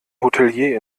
hotelier